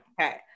okay